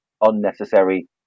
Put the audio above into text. unnecessary